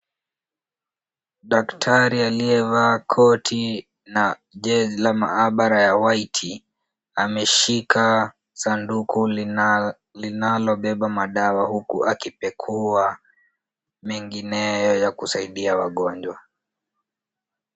Daktari aliyevaa koti na jezi la maabara ya white ameshika sanduku linalobeba madawa huku akipekua mengine ya kusaidia wagonjwa.